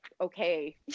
okay